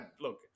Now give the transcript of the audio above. look